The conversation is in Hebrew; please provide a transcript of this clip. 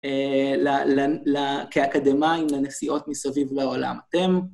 כאקדמאים לנסיעות מסביב העולם.